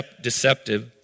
deceptive